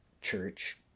church